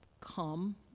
come